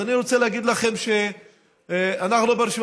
אז אני רוצה להגיד לכם שאנחנו ברשימה